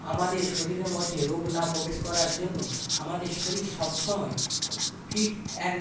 আমাদের শরীরের মধ্যে রোগ না প্রবেশ করার জন্য আমাদের শরীর সব সময় ফিট অ্যান্ড